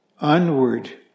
onward